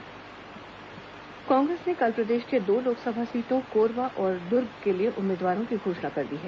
कांग्रेस उम्मीदवार कांग्रेस ने कल प्रदेश के दो लोकसभा सीटों कोरबा और दुर्ग के लिए उम्मीदवारों की घोषणा कर दी है